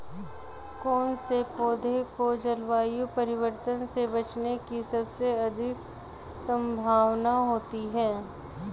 कौन से पौधे को जलवायु परिवर्तन से बचने की सबसे अधिक संभावना होती है?